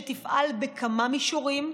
שתפעל בכמה מישורים,